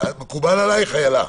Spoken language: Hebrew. מקובל עליך, איילה?